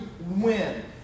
win